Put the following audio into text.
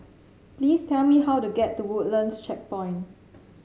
please tell me how to get to Woodlands Checkpoint